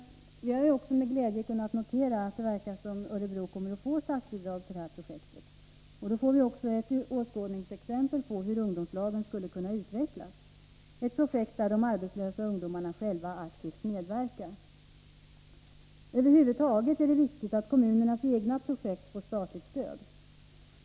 Vi har också med glädje kunnat notera att det verkar som om Örebro kommun skulle få statsbidrag till detta projekt. Då får vi också ett åskådningsexempel på hur ungdomslagen skulle kunna utvecklas i ett projekt där de arbetslösa ungdomarna själva aktivt medverkar. Över huvud taget är det viktigt att kommunernas egna projekt får statligt stöd.